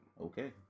Okay